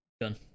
Done